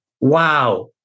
wow